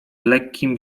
lekkim